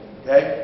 okay